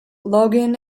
logan